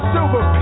Silver